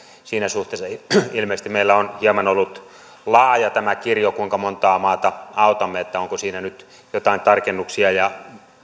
siinä suhteessa ilmeisesti meillä on ollut hieman laaja tämä kirjo kuinka montaa maata autamme onko siinä nyt jotain tarkennuksia ja